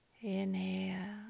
Inhale